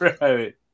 Right